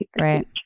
right